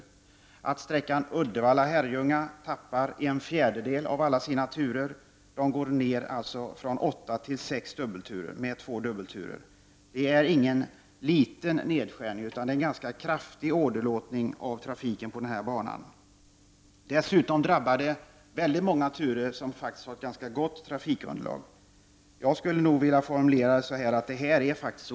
Det innebär vidare att sträckan Uddevalla-Herrljunga tappar en fjärdedel av sina turer och går ner från åtta till sex dubbelturer. Det är ingen liten nedskärning, utan det rör sig om en ganska kraftig åderlåtning av trafiken på banan. Det drabbar dessutom många turer som faktiskt har ett ganska gott trafikunderlag. Jag skulle vilja formulera det så, att läget är oacceptabelt.